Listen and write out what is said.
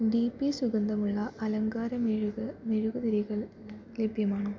D P സുഗന്ധമുള്ള അലങ്കാര മെഴുക് മെഴുകുതിരികൾ ലഭ്യമാണോ